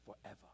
forever